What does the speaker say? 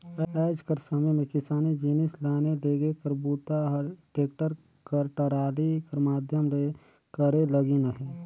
आएज कर समे मे किसानी जिनिस लाने लेगे कर बूता ह टेक्टर कर टराली कर माध्यम ले करे लगिन अहे